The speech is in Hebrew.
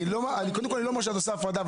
אני לא אומר שאת עושה הפרדה.